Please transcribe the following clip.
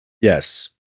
Yes